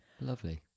Lovely